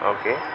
okay